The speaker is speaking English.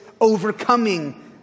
overcoming